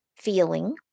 feeling